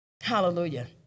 Hallelujah